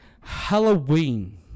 Halloween